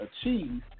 achieve